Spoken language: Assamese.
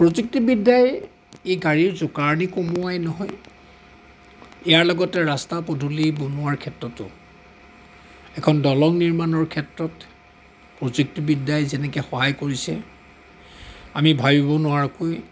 প্ৰযুক্তিবিদ্যাই এই গাড়ীৰ জোকাৰণি কমোৱাই নহয় ইয়াৰ লগতে ৰাস্তা পদূলি বনোৱাৰ ক্ষেত্ৰতো এখন দলং নিৰ্মাণৰ ক্ষেত্ৰত প্ৰযুক্তিবিদ্যাই যেনেকৈ সহায় কৰিছে আমি ভাবিব নোৱাৰাকৈ